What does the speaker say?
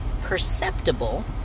perceptible